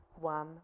one